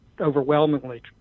overwhelmingly